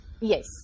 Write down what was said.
Yes